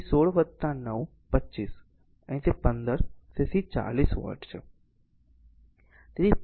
તેથી 16 9 25 અહીં તે 15 તેથી 40 વોટ છે